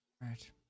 Right